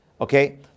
Okay